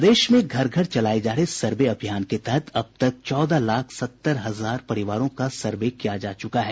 प्रदेश में घर घर चलाये जा रहे सर्वे अभियान के तहत अब तक चौदह लाख सत्तर हजार परिवारों का सर्वे किया जा चुका है